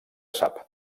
sap